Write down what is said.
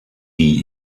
die